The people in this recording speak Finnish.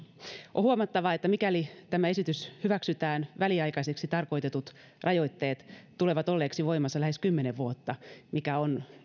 on huomattava että mikäli tämä esitys hyväksytään väliaikaiseksi tarkoitetut rajoitteet tulevat olleeksi voimassa lähes kymmenen vuotta mikä on